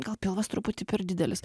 gal pilvas truputį per didelis